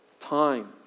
time